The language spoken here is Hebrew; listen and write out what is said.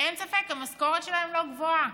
אין ספק, המשכורת שלהם לא גבוהה,